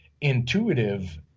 intuitive –